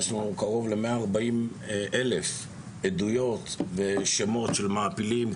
יש לנו קרוב ל-140,000 עדויות ושמות של מעפילים,